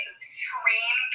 scream